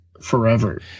forever